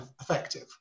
effective